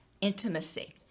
intimacy